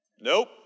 Nope